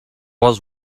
was